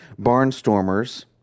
Barnstormers